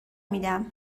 میدم